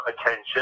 attention